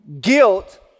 Guilt